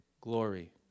glory